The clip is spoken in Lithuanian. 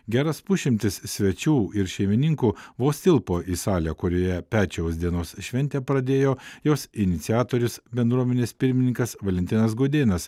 geras pusšimtis svečių ir šeimininkų vos tilpo į salę kurioje pečiaus dienos šventę pradėjo jos iniciatorius bendruomenės pirmininkas valentinas gudėnas